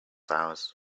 hours